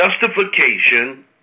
justification